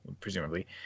presumably